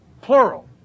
plural